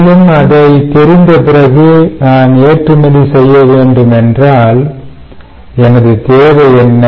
மேலும் அதை தெரிந்தபிறகு நான் ஏற்றுமதி செய்ய வேண்டும் என்றால் எனது தேவை என்ன